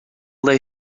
they